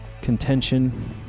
contention